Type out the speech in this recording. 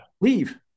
leave